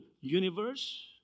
universe